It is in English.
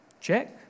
Check